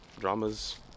drama's